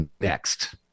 next